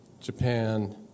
Japan